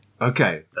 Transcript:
Okay